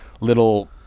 little